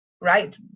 right